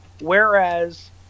whereas